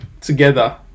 together